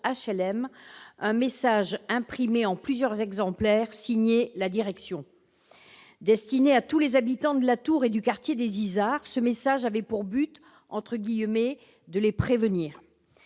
un message imprimé en plusieurs exemplaires, signé « La Direction ». Destiné « À tous les habitants de la tour et du quartier des Izards », ce message avait pour but de les « prévenir